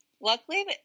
luckily